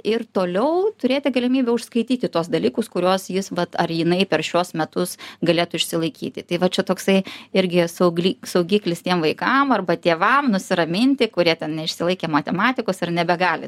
ir toliau turėti galimybę užskaityti tuos dalykus kuriuos jis vat ar jinai per šiuos metus galėtų išsilaikyti tai va čia toksai irgi esu gly saugiklis tiem vaikam arba tėvam nusiraminti kurie ten neišsilaikė matematikos ir nebegali